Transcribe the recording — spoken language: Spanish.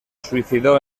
suicidó